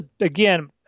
again